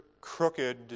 crooked